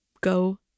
go